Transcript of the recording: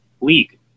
league